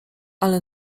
ale